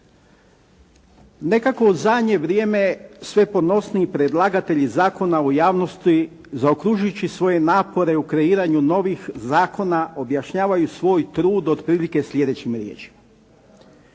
Nekako u zadnje vrijeme sve ponosniji predlagatelji zakona u javnosti zaokružujući svoje napore u kreiranju novih zakona objašnjavaju svoj trud otprilike slijedećim riječima.